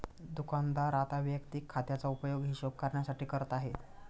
दुकानदार आता वैयक्तिक खात्याचा उपयोग हिशोब करण्यासाठी करत आहे